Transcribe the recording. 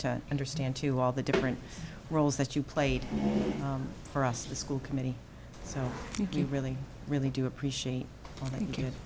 to understand to all the different roles that you played for us the school committee so do you really really do appreciate